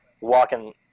walking